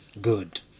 Good